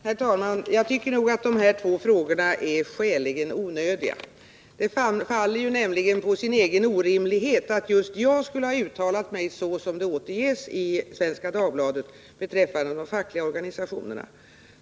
Herr talman! Jag tycker att de här två frågorna är skäligen onödiga. Det faller nämligen på sin egen orimlighet att just jag skulle ha uttalat mig på det sätt som återges i Svenska Dagbladet beträffande de fackliga organisationerna.